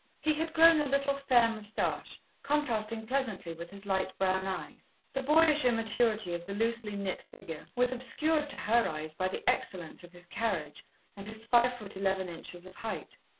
he had grown a little, fair moustache, contrasting pleasantly with his light brown eyes. the boyish immaturity of the loosely knit figure was obscured to her eyes by the excellence of his carriage and his five foot eleven inches of height.